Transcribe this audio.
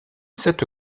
cette